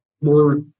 more